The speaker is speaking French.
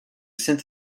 saint